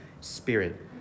Spirit